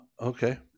okay